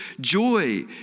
joy